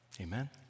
Amen